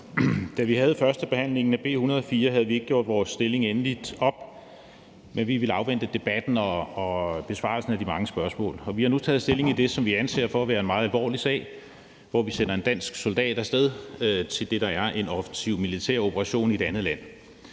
Da vi havde førstebehandlingen af B 104, havde vi ikke gjort vores stilling endeligt op, men vi ville afvente debatten og besvarelsen af de mange spørgsmål. Vi har nu taget stilling i det, som vi anser for at være en meget alvorlig sag, hvor vi sender en dansk soldat af sted til det, der er en offensiv militær operation i et andet land.